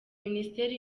minisiteri